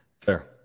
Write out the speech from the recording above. Fair